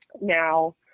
Now